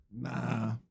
Nah